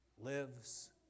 lives